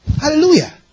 Hallelujah